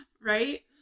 Right